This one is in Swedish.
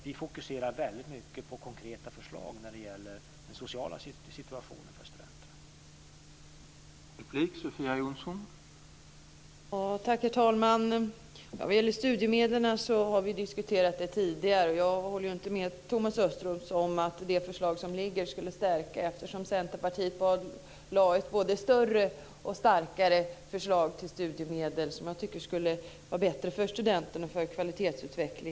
Vi fokuserar väldigt mycket på konkreta förslag när det gäller den sociala situationen för studenterna.